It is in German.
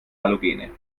halogene